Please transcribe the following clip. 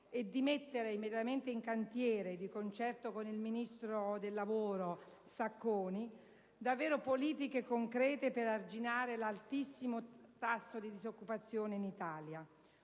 e di mettere immediatamente in cantiere, di concerto con il ministro del lavoro Sacconi, politiche davvero concrete per arginare l'altissimo tasso di disoccupazione in Italia.